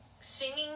singing